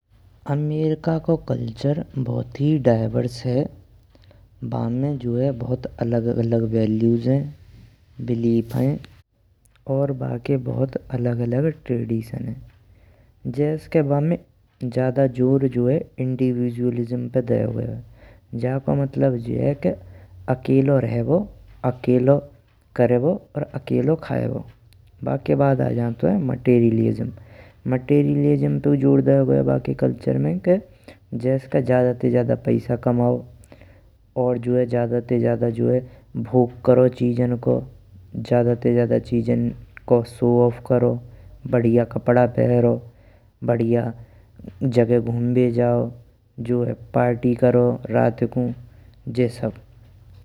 अमेरिका को कल्चर बहुत ही डाइवर्स है। बामे हो जाइ बहुत अलग अलग वैल्यूज हैं बिलीफ़ हैं। बाके बहुत अलग अलग ट्रेडिशन हैं जैस के बामे ज्यादा जोर जो है इंडिविजुअलिज्म पे दयो गयो है, जाको मतलब जे है के अकेलो रहवो। अकेलो करबो और अकेलो खायबो बाके आए जैन्तुए मटेरियलिज्म मटेरियलिज्म पेऊ जोर दयो गयो है। बाके कल्चर में जैस के ज्यादा ते ज्यादा पैसा कमाओ और जो है, ज्यादा ते ज्यादा भोग करो चीजन को ज्यादा ते ज्यादा चीज ना को शोऑफ़ करो बढ़िया कपड़ो पहनवो बढ़िया जगह घूमवो जाओ जो है। पार्टी करो रात कू जे सब।